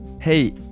Hey